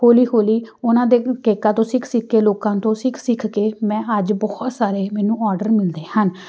ਹੌਲੀ ਹੌਲੀ ਉਹਨਾਂ ਦੇ ਕੇਕਾਂ ਤੋਂ ਸਿੱਖ ਸਿੱਖ ਕੇ ਲੋਕਾਂ ਤੋਂ ਸਿੱਖ ਸਿੱਖ ਕੇ ਮੈਂ ਅੱਜ ਬਹੁਤ ਸਾਰੇ ਮੈਨੂੰ ਔਰਡਰ ਮਿਲਦੇ ਹਨ